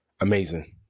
amazing